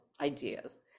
ideas